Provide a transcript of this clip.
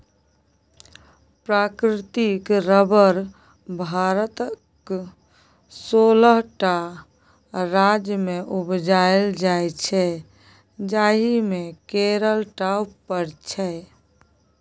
प्राकृतिक रबर भारतक सोलह टा राज्यमे उपजाएल जाइ छै जाहि मे केरल टॉप पर छै